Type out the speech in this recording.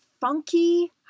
funky